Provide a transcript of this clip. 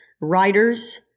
writers